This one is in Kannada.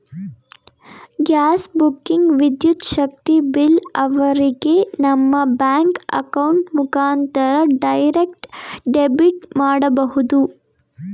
ಗ್ಯಾಸ್ ಬುಕಿಂಗ್, ವಿದ್ಯುತ್ ಶಕ್ತಿ ಬಿಲ್ ಅವರಿಗೆ ನಮ್ಮ ಬ್ಯಾಂಕ್ ಅಕೌಂಟ್ ಮುಖಾಂತರ ಡೈರೆಕ್ಟ್ ಡೆಬಿಟ್ ಮಾಡಬಹುದು